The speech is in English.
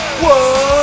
Whoa